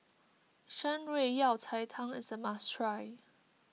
Shan Rui Yao Cai Tang is a must try